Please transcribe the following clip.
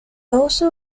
also